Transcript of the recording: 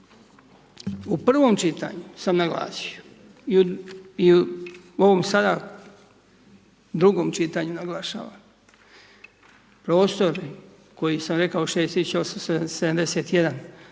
U prvom čitanju sam naglasio i u ovom sada drugom čitanju naglašavam, prostori koji sam rekao, 6871,